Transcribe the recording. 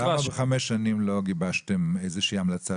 למה בחמש השנים לא גיבשתם המלצה